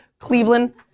Cleveland